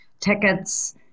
tickets